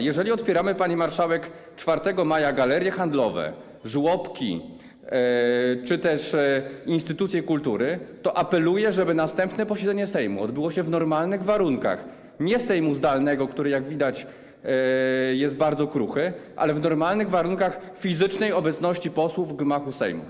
Jeżeli otwieramy, pani marszałek, 4 maja galerie handlowe, żłobki czy też instytucje kultury, to apeluję, żeby następne posiedzenie Sejmu odbyło się w normalnych warunkach, nie Sejmu zdalnego, który jest, jak widać, bardzo kruchy, ale w normalnych warunkach fizycznej obecności posłów w gmachu Sejmu.